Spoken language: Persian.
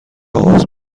آغاز